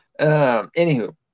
Anywho